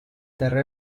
terre